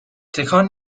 تکان